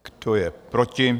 Kdo je proti?